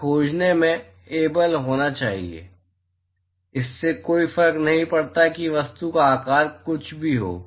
हमें खोजने में एबल होना चाहिए इससे कोई फर्क नहीं पड़ता कि वस्तु का आकार कुछ भी हो